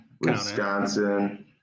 Wisconsin